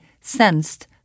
sensed